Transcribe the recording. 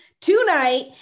tonight